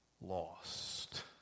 lost